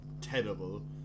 terrible